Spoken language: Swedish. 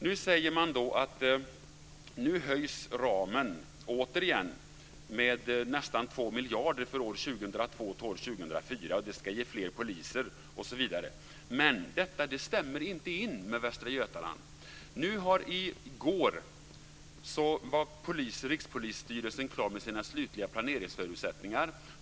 Nu höjer man återigen ramen, sägs det, med nästan 2 miljarder för åren 2002-2004, vilket ska ge fler poliser osv. Men detta stämmer inte för Västra Götaland. I går blev Rikspolisstyrelsen klar med sina slutliga planeringsförutsättningar.